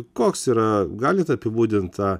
koks yra galit apibūdinti tą